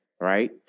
right